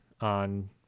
on